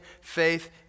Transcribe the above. faith